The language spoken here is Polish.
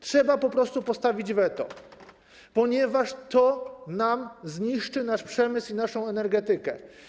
Trzeba po prostu postawić weto, ponieważ to nam zniszczy nasz przemysł i naszą energetykę.